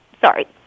Sorry